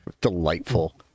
delightful